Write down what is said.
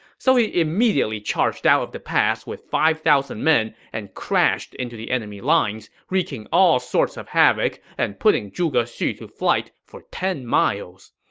so he immediately charged out of the pass with five thousand men and crashed into the enemy lines, wreaking all sorts of havoc and putting zhuge xu to flight for ten miles.